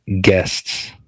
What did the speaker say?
guests